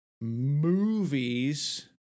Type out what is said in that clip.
movies